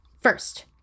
First